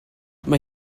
mae